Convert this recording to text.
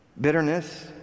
bitterness